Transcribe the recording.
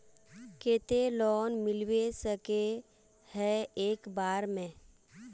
केते लोन मिलबे सके है एक बार में?